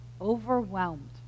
overwhelmed